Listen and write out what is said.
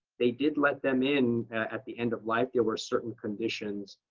they did let them in at the end of life. there were certain conditions.